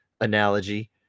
analogy